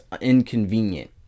inconvenient